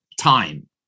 time